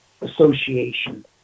Association